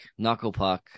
Knucklepuck